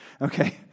Okay